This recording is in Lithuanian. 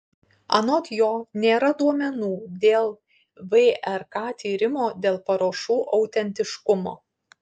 anot jo nėra duomenų dėl vrk tyrimo dėl parašų autentiškumo